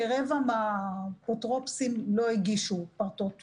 כרבע מן האפוטרופוסים לא הגישו פרטות כחוק,